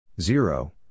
Zero